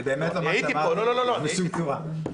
זה באמת לא מה שאמרתי בשום צורה.